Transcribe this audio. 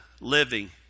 living